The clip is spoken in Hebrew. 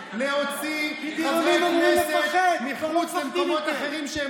הכנסת להוציא חברי כנסת מחוץ למקומות אחרים,